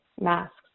masks